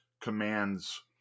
commands